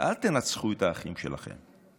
אל תנצחו את האחים שלכם.